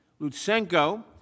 Lutsenko